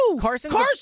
Carson